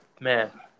Man